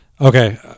Okay